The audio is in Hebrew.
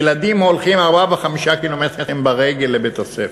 ילדים הולכים 4 ו-5 קילומטרים ברגל לבית-הספר.